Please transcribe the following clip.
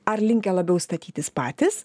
ar linkę labiau statytis patys